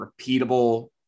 repeatable